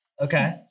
Okay